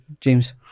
James